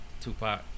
Tupac